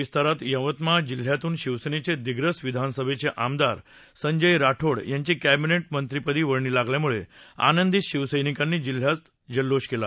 विस्तारात यवतमाळ जिल्ह्यातून शिवसेनेचे दिग्रस सरकारच्या मंत्रिमंडळ राज्य विधानसभेचे आमदार संजय राठोड यांची कॅबिनेट मंत्रीपदी वर्णी लागल्यामुळे आनंदित शिवसैनिकांनी जिल्ह्यात जल्लोष केला